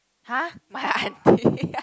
!huh! my aunty